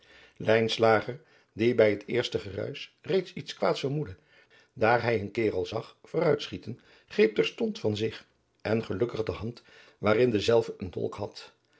die bij het eerst geruisch reeds iets kwaads vermoedde daar hij een karel zag vooruitschieten greep terstond van zich en gelukkig de hand waarin dezelve een dolk had